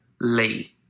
Lee